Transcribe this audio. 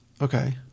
Okay